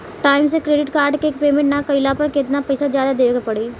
Time से credit card के payment ना कैला पर केतना पईसा जादे देवे के पड़ी?